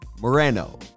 Moreno